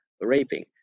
raping